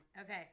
Okay